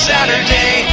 Saturday